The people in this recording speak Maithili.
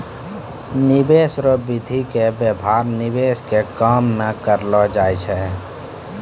निवेश रो विधि के व्यवहार निवेश के काम मे करलौ जाय छै